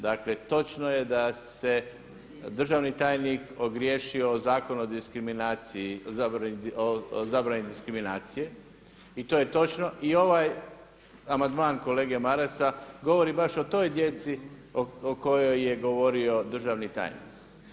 Dakle točno je da se državni tajnik ogriješio o Zakon o diskriminaciji, zabrani diskriminacije i to je točno i ovaj amandman kolege Marasa govori baš o toj djeci o kojoj je govorio državni tajnik.